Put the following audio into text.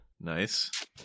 Nice